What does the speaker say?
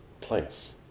place